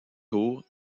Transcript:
tour